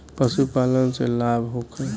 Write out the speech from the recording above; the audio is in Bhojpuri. पशु पालन से लाभ होखे?